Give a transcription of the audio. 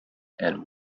and